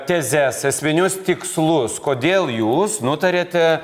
tezes esminius tikslus kodėl jūs nutarėte